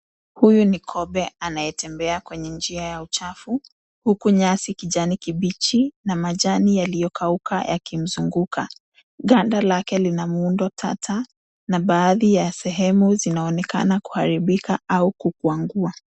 Huyu ni kobe anayetembea kwenye njia ya uchafu huku nyasi kijani kibichi na majani yaliyokauka yakimzunguka. Gada lake lina muundo tata na baadhi ya sehemu zinaonekana kuharibika au kukwangua.